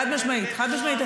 חד-משמעית,